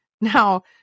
Now